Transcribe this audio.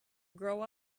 grow